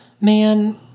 man